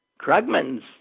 Krugman's